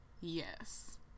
Yes